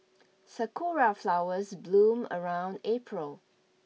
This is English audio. sakura flowers bloom around April